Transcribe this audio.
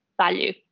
value